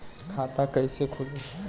खाता कइसे खुली?